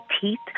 teeth